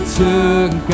took